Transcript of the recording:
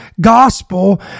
gospel